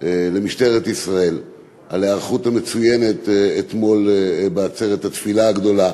למשטרת ישראל על ההיערכות המצוינת אתמול בעצרת התפילה הגדולה.